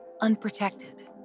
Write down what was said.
unprotected